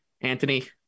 Anthony